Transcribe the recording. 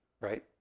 right